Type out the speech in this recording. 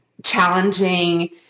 challenging